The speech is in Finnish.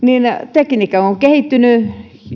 tekniikka on kehittynyt